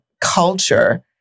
culture